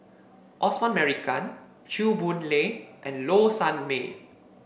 Osman Merican Chew Boon Lay and Low Sanmay